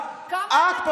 את.